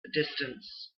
distance